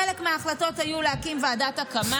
חלק מההחלטות היו להקים ועדת הקמה,